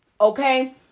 Okay